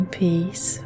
peace